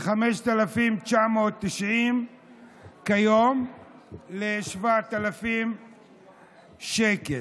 מ-5,990 שקל כיום ל-7,000 שקל.